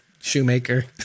Shoemaker